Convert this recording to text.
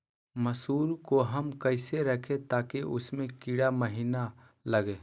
मसूर को हम कैसे रखे ताकि उसमे कीड़ा महिना लगे?